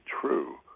true